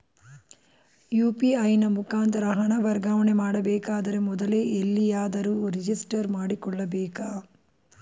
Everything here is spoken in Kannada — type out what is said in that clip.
ಯು.ಪಿ.ಐ ನ ಮುಖಾಂತರ ಹಣ ವರ್ಗಾವಣೆ ಮಾಡಬೇಕಾದರೆ ಮೊದಲೇ ಎಲ್ಲಿಯಾದರೂ ರಿಜಿಸ್ಟರ್ ಮಾಡಿಕೊಳ್ಳಬೇಕಾ?